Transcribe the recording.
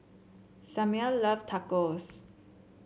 Samir love Tacos